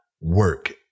work